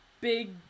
big